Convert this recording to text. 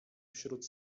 wśród